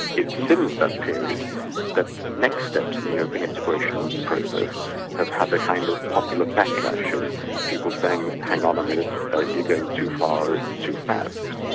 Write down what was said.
it's since that period that next steps in european integration process have had the kind of popular backlash of people saying hang on a minute, you're going too far and too fast.